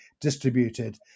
distributed